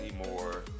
anymore